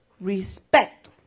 respect